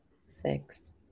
six